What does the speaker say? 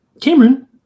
Cameron